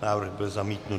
Návrh byl zamítnut.